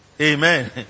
Amen